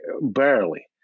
barely